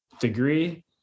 degree